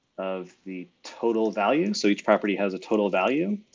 of the total value. so each property has a total value